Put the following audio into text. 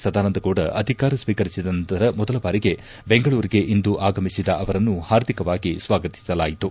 ಸದಾನಂದಗೌಡ ಅಧಿಕಾರ ಸ್ವೀಕರಿಸಿದ ನಂತರ ಮೊದಲ ಬಾರಿಗೆ ಬೆಂಗಳೂರಿಗೆ ಇಂದು ಆಗಮಿಸಿದ ಅವರನ್ನು ಪಾರ್ದಿಕವಾಗಿ ಸ್ವಾಗತಿಸಲಾಯಿತು